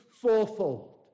fourfold